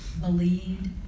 believed